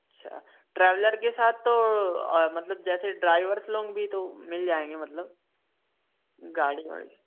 अच्छा ट्रैवलर के साथ तो और मतलब जैसे ड्राइवर्स लोग भी तो मिल जाएंगे मतलब गाड़ी वाड़ी